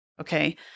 okay